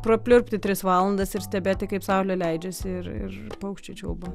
papliurpti tris valandas ir stebėti kaip saulė leidžiasi ir ir paukščiai čiulba